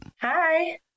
hi